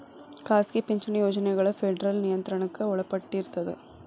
ಖಾಸಗಿ ಪಿಂಚಣಿ ಯೋಜನೆಗಳ ಫೆಡರಲ್ ನಿಯಂತ್ರಣಕ್ಕ ಒಳಪಟ್ಟಿರ್ತದ